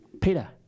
Peter